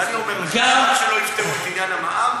ואני אומר לך: עד שלא יפתרו את עניין המע"מ,